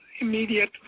immediate